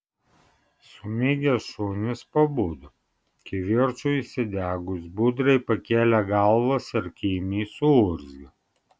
sumigę šunys pabudo kivirčui įsidegus budriai pakėlė galvas ir kimiai suurzgė